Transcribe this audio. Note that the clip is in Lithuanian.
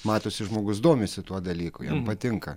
matosi žmogus domisi tuo dalyku jam patinka